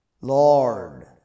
Lord